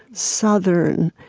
southern,